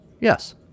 Yes